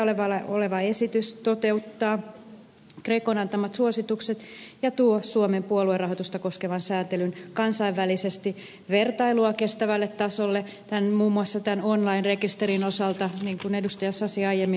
käsiteltävänä oleva esitys toteuttaa grecon antamat suositukset ja tuo suomen puoluerahoitusta koskevan sääntelyn kansainvälisesti vertailua kestävälle tasolle muun muassa tämän online rekisterin osalta niin kuin ed